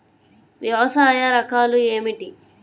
వ్యవసాయ రకాలు ఏమిటి?